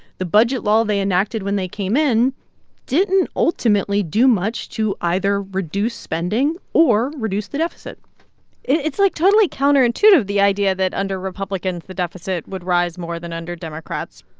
the budget law they enacted when they came in didn't ultimately do much to either reduce spending or reduce the deficit it's, like, totally counterintuitive the idea that, under republicans, the deficit would rise more than under democrats.